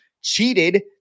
cheated